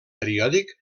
periòdic